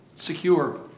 Secure